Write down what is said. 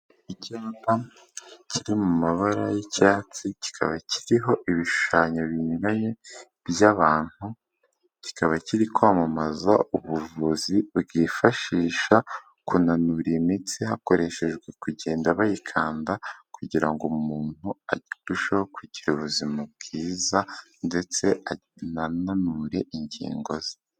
Icyapa kiri mu mabara y'icyatsi, kikaba kiriho ibishushanyo binyuranye by'abantu, kikaba kiri kwamamaza ubuvuzi bwifashisha kunanura imitsi, hakoreshejwe kugenda bayikanda kugira ngo umuntu arusheho kugira ubuzima bwiza ndetse anananure ingingo ze.